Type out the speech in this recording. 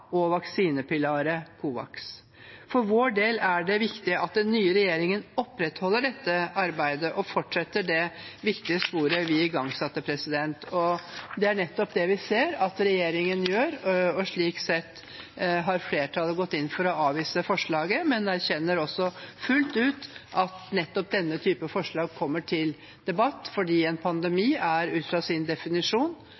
For vår del er det viktig at den nye regjeringen opprettholder dette arbeidet og fortsetter det viktige sporet vi igangsatte. Det er nettopp det vi ser at regjeringen gjør, og slik sett har flertallet gått inn for å avvise forslaget, men erkjenner også fullt ut at denne typen forslag kommer til debatt, for en